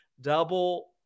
Double